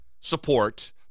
support